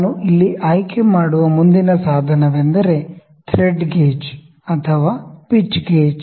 ನಾನು ಇಲ್ಲಿ ಆಯ್ಕೆ ಮಾಡುವ ಮುಂದಿನ ಸಾಧನವೆಂದರೆ ಥ್ರೆಡ್ ಗೇಜ್ ಅಥವಾ ಪಿಚ್ ಗೇಜ್